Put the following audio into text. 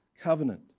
covenant